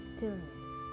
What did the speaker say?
Stillness